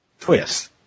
Twist